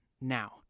now